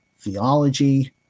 theology